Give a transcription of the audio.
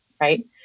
Right